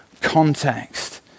context